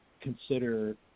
consider